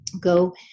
go